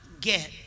get